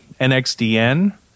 NXDN